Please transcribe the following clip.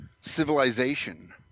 civilization